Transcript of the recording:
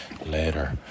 later